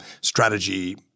strategy